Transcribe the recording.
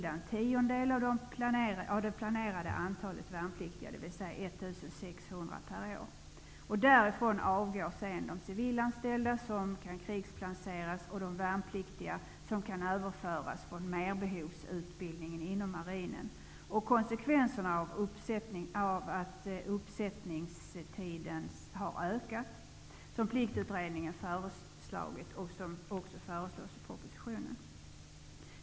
För 1 600 per år. Därifrån avgår sedan de civilanställda som kan krigsplaceras och de värnpliktiga som kan överföras från merbehovsutbildningen inom marinen. Pliktutredningen har förslagit att uppsättningstiden skall förlängas, och det föreslås också i propositionen.